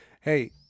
Hey